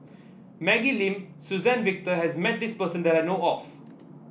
Maggie Lim Suzann Victor has met this person that I know of